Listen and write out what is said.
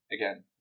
again